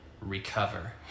recover